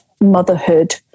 motherhood